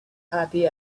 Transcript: happy